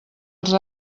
els